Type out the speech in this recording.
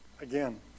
again